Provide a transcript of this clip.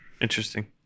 interesting